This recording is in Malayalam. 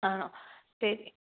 ആ ശരി